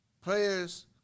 players